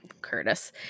Curtis